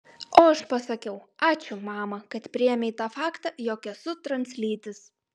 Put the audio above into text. o aš pasakiau ačiū mama kad priėmei tą faktą jog esu translytis